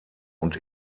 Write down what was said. und